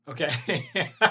Okay